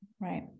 Right